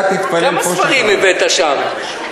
אתה תתפלל, כמה ספרים הבאת שם?